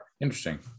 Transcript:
Interesting